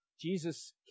Jesus